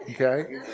Okay